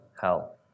hell